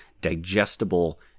digestible